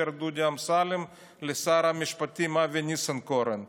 דודי אמסלם לשר המשפטים אבי ניסנקורן.